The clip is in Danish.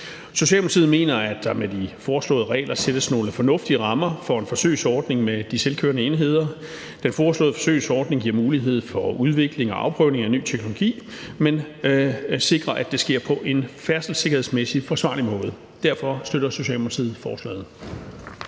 Socialdemokratiet mener, at der med de foreslåede regler sættes nogle fornuftige rammer for en forsøgsordning med de selvkørende enheder. Den foreslåede forsøgsordning giver mulighed for udvikling og afprøvning af en ny teknologi, men sikrer, at det sker på en færdselssikkerhedsmæssig forsvarlig måde. Derfor støtter Socialdemokratiet forslaget.